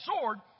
sword